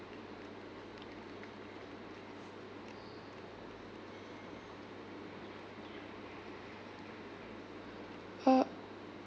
uh